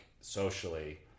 socially